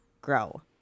grow